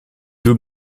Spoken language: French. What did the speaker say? deux